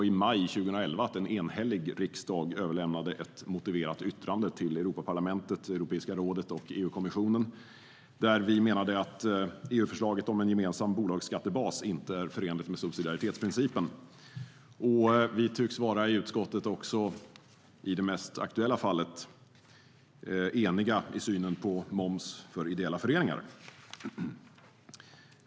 I maj 2011 överlämnade en enhällig riksdag ett motiverat yttrande till Europaparlamentet, Europeiska rådet och EU-kommissionen där vi menade att EU-förslaget om en gemensam bolagsskattebas inte är förenligt med subsidiaritetsprincipen. I det nu mest aktuella fallet tycks vi vara eniga i utskottet i synen på moms för ideella föreningar.